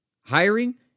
Hiring